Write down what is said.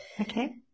Okay